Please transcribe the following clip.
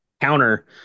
counter